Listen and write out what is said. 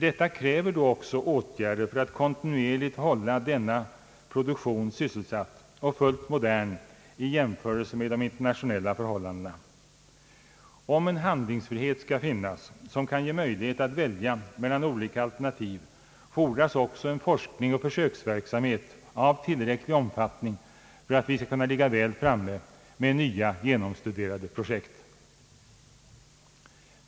Detta kräver då också åt gärder för att kontinuerligt hålla denna produktion sysselsatt och fullt modern 1 jämförelse med de internationella förhållandena. Om vi skall ha en handlingsfrihet, som kan ge möjlighet att välja mellan olika alternativ, fordras också forskningsoch försöksverksamhet av tillräcklig omfattning för att vi skall kunna ligga väl framme med nya, genomstuderade projekt.